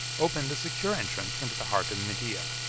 opened a secure entrance into the heart of media,